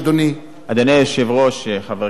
1 2. אדוני היושב-ראש, חבר הכנסת וקנין,